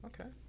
okay